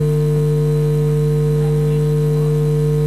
אדוני היושב-ראש.